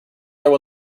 other